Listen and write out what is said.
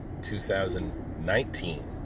2019